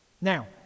Now